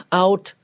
out